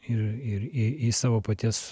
ir ir į į savo paties